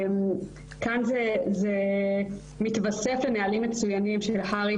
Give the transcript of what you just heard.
כאן זה מתווסף לנהלים מצויינים של הר"י,